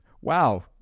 wow